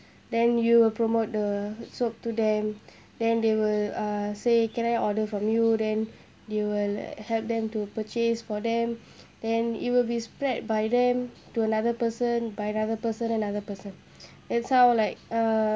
then you will promote the soap to them then they will uh say can I order from you then they will help them to purchase for them then it will be spread by them to another person by another person another person it sound like uh